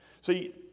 See